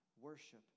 worship